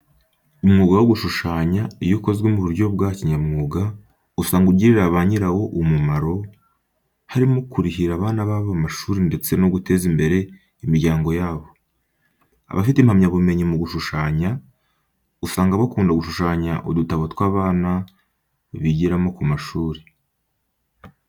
Umwuga wo gushushanya iyo ukozwe mu buryo bwa kinyamwuga usanga ugirira ba nyirawo umumaro, harimo kurihira abana babo amashuri ndetse no guteza imbere imiryango yabo. Abafite impamyabumyenyi mu gushushanya, usanga bakunda gushushanya udutabo tw'abana bigiramo ku ishuri,